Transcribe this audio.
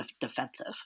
defensive